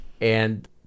and-